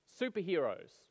superheroes